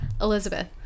Elizabeth